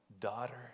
daughter